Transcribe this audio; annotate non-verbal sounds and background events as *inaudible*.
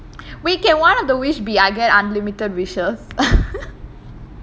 wait can one of the wish be I get unlimited wishes *laughs*